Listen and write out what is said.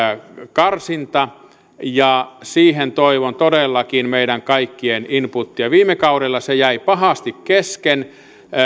karsinta ja siihen toivon todellakin meidän kaikkien inputia viime kaudella se jäi pahasti kesken